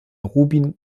rubin